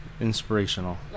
Inspirational